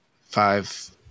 Five